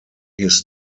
his